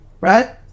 right